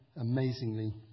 amazingly